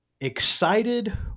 excited